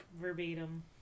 verbatim